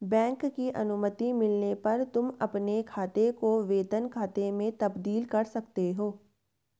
bank की अनुमति मिलने पर तुम अपने खाते को वेतन खाते में तब्दील कर सकते हो